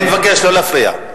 אני מבקש לא להפריע.